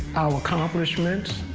our accomplishments,